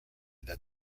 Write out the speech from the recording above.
that